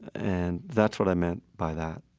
and that's what i meant by that.